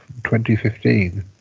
2015